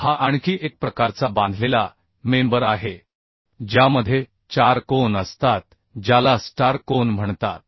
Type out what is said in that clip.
हा आणखी एक प्रकारचा बांधलेला मेंबर आहे ज्यामध्ये चार कोन असतात ज्याला स्टार कोन म्हणतात